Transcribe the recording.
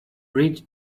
reach